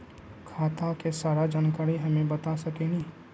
खाता के सारा जानकारी हमे बता सकेनी?